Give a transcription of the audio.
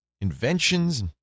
inventions